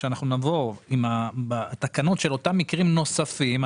כשאנחנו נבוא עם התקנות של אותם מקרים נוספים,